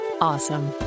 awesome